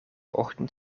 ochtend